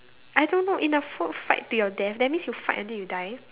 I don't know in a food fight to your death that means you fight until you die